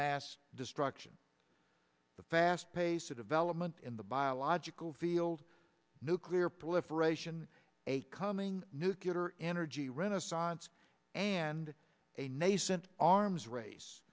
mass destruction the fast pace of development in the biological field nuclear proliferation a coming nucular energy renaissance and a nascent arms race